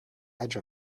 edge